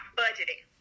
budgeting